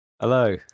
Hello